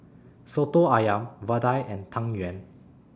Soto Ayam Vadai and Tang Yuen